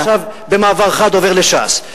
עכשיו, במעבר חד, אני עובר לש"ס.